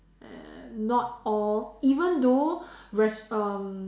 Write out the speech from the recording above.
and not all even though rest um